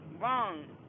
wrong